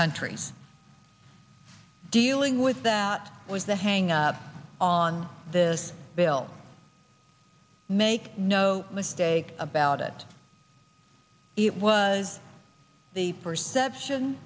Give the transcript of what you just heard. countries dealing with that was the hang up on this bill make no mistake about it it was the perception